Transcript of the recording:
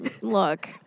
Look